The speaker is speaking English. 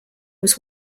was